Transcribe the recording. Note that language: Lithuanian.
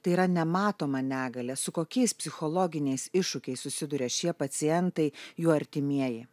tai yra nematoma negalia su kokiais psichologiniais iššūkiais susiduria šie pacientai jų artimieji